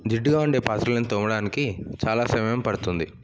జిడ్డుగా వుండే పాత్రలను తోమడానికి చాలా సమయం పడుతుంది